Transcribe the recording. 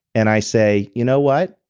and i say, you know what?